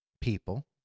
people